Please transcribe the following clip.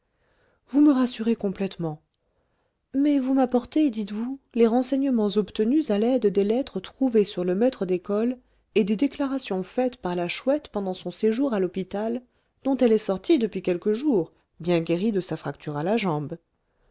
vous me rassurez complètement mais vous m'apportez dites-vous les renseignements obtenus à l'aide des lettres trouvées sur le maître d'école et des déclarations faites par la chouette pendant son séjour à l'hôpital dont elle est sortie depuis quelques jours bien guérie de sa fracture à la jambe